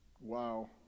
Wow